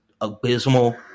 abysmal